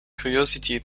curiosity